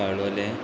Palolem